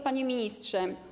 Panie Ministrze!